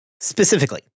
Specifically